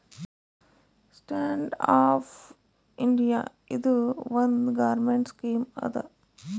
stand up India ಇದು ಒಂದ್ government scheme ಅದಾ